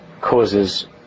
causes